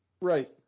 right